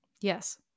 Yes